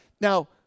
Now